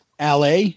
LA